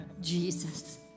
Jesus